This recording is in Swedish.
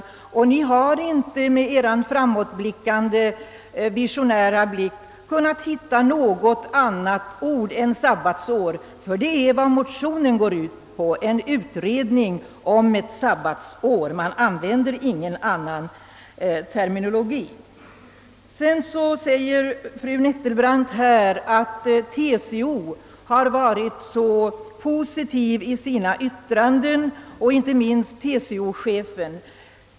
Ni har inte med er framåtblickande, visionära blick lyckats finna något annat ord att använda än sabbatsår, och det är också vad motionen syftar till. Motionärerna begär en utredning om ett »sabbatsår» och använder ingen annan terminologi på denna punkt. Fru Nettelbrandt anför vidare att TCO och inte minst dess chef varit så positiva i sina yttranden.